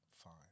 Fine